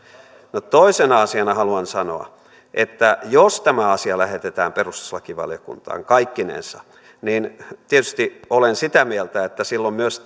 no toisena asiana haluan sanoa että jos tämä asia lähetetään perustuslakivaliokuntaan kaikkinensa niin tietysti olen sitä mieltä että silloin myös